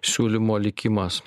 siūlymo likimas